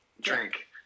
drink